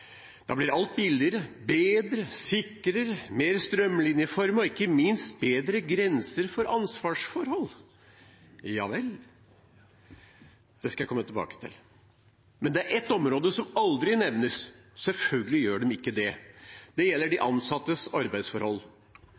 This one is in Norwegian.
Da blir alt billigere, bedre, sikrere, mer strømlinjeformet og, ikke minst, det blir bedre grenser for ansvarsforhold. Ja vel – det skal jeg komme tilbake til. Men det er ett område som aldri nevnes – selvfølgelig gjør det ikke det. Det gjelder de ansattes arbeidsforhold.